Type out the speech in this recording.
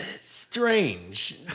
strange